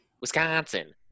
wisconsin